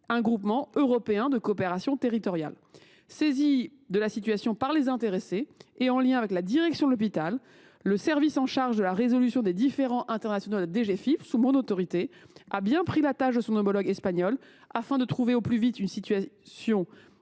un groupement européen de coopération territoriale. Saisi de la situation par les intéressés et en lien avec la direction de l’hôpital, le service chargé de la résolution des différends internationaux de la DGFiP, qui se trouve sous mon autorité, a pris attache avec son homologue espagnol afin de trouver au plus vite une solution